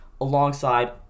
alongside